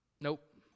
Nope